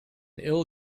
ill